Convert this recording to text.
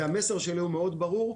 המסר שלי הוא מאוד ברור,